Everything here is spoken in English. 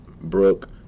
Brooke